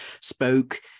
spoke